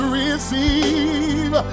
receive